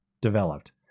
developed